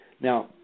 Now